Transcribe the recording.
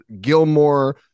Gilmore